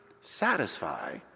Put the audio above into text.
satisfy